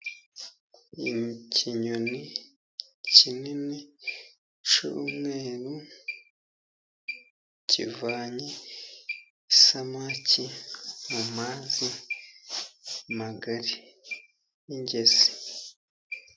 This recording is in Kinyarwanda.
Ikinyoni kinini cy'umweru, kivanye isamaki mu mazi magari y'ingezi.